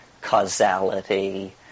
causality